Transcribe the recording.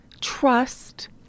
Trust